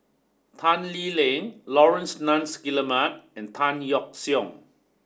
Tan Lee Leng Laurence Nunns Guillemard and Tan Yeok Seong